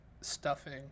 stuffing